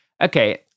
Okay